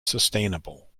sustainable